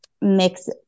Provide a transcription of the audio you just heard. mix